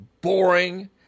boring